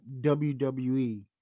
WWE